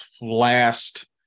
last